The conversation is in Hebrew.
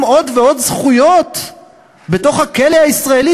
עוד ועוד זכויות בתוך הכלא הישראלי,